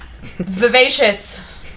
vivacious